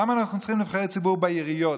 למה אנחנו צריכים נבחרי ציבור בעיריות,